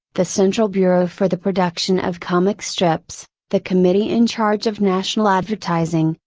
the central bureau for the production of comic strips, the committee in charge of national advertising,